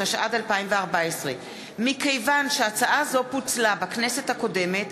התשע”ד 2014. מכיוון שהצעה זו פוצלה בכנסת הקודמת,